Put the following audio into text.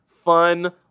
fun